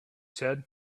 said